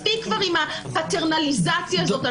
מספיק כבר עם הפטרנליזציה הזאת.